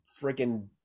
freaking